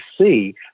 see